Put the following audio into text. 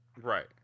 Right